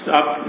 up